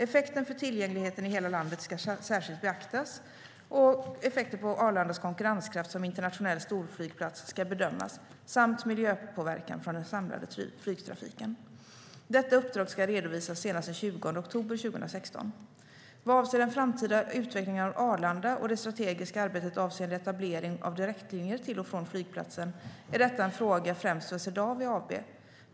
Effekten för tillgängligheten i hela landet ska särskilt beaktas, och effekterna på Arlandas konkurrenskraft som internationell storflygplats ska bedömas - liksom miljöpåverkan från den samlade flygtrafiken. Detta uppdrag ska redovisas senast den 20 oktober 2016. Vad avser den framtida utvecklingen av Arlanda och det strategiska arbetet avseende etablering av direktlinjer till och från flygplatsen är detta en fråga främst för Swedavia AB.